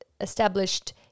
established